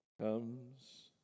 comes